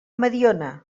mediona